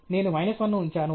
నేను మైనస్ 1 ను ఉంచాను